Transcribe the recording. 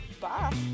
Bye